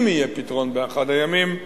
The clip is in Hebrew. אם יהיה פתרון באחד הימים.